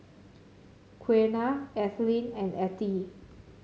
Qiana Ethelyn and Attie